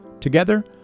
Together